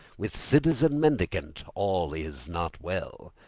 with citizen mendicant all is not well.